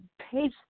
page